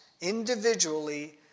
individually